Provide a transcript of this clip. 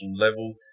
level